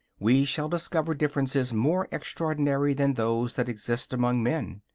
we shall discover differences more extraordinary than those that exist among men.